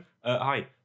Hi